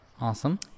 Awesome